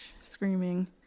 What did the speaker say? screaming